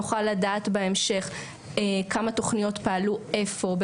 נוכל לדעת בהמשך כמה תוכניות פעלו איפה.